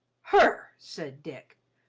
her! said dick.